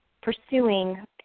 pursuing